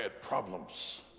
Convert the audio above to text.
problems